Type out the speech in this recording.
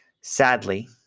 Sadly